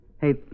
Hey